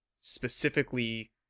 specifically